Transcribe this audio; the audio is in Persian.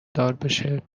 داربشه